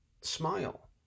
smile